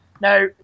Now